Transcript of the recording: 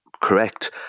correct